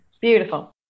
Beautiful